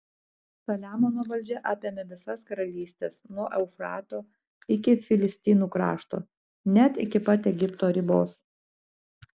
saliamono valdžia apėmė visas karalystes nuo eufrato iki filistinų krašto net iki pat egipto ribos